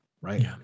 right